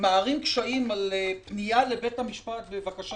מערים קשיים על פנייה לבית המשפט בבקשה